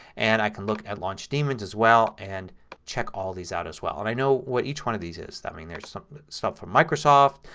and i can look at launchdaemons as well and check all these out as well. and i know what each one of these it. i mean there's some stuff from microsoft.